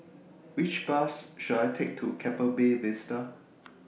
Which Bus should I Take to Keppel Bay Vista